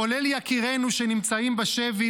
כולל יקירינו שנמצאים בשבי,